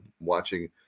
watching